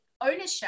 ownership